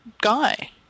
guy